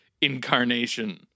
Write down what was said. incarnation